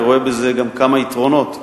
אני רואה בזה גם כמה יתרונות.